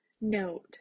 note